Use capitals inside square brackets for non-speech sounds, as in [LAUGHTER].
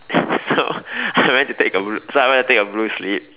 [LAUGHS] so I went to take a blue so I went to take a blue slip